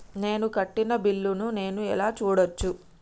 నేను కట్టిన బిల్లు ను నేను ఎలా చూడచ్చు?